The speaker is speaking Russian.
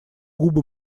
губы